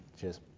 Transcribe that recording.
Cheers